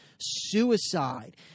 suicide